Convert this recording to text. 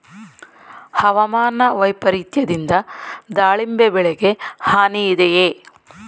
ಹವಾಮಾನ ವೈಪರಿತ್ಯದಿಂದ ದಾಳಿಂಬೆ ಬೆಳೆಗೆ ಹಾನಿ ಇದೆಯೇ?